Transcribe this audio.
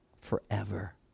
forever